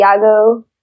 Iago